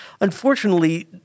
Unfortunately